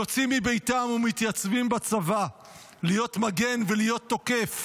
יוצאים מביתם ומתייצבים בצבא להיות מגן ולהיות תוקף